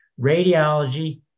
radiology